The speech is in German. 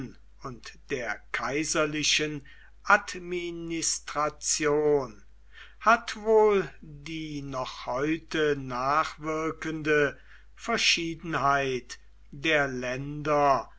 und der kaiserlichen administration hat wohl die noch heute nachwirkende verschiedenheit der länder